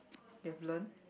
you have learn